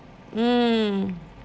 mm